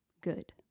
good